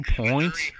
points